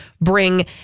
bring